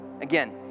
Again